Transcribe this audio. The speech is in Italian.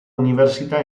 università